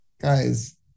guys